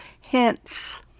Hence